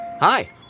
Hi